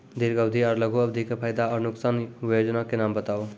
दीर्घ अवधि आर लघु अवधि के फायदा आर नुकसान? वयोजना के नाम बताऊ?